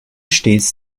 stets